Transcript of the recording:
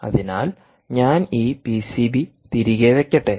അതിനാൽ ഞാൻ ഈ പിസിബി തിരികെ വെക്കട്ടെ